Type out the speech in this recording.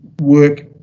work